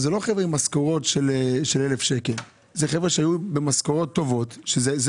זה לא חבר'ה עם משכורות של 1,000 שקל זה חבר'ה